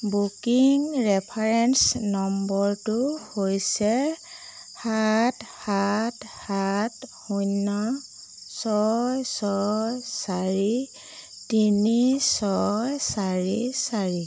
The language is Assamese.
বুকিং ৰেফাৰেঞ্চ নম্বৰটো হৈছে সাত সাত সাত শূন্য ছয় ছয় চাৰি তিনি ছয় চাৰি চাৰি